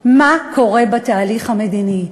מה קורה בתהליך המדיני.